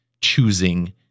choosing